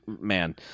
man